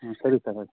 ಹ್ಞೂ ಸರಿ ಸರ್ ಆಯಿತು